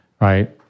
right